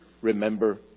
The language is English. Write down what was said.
remember